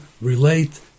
relate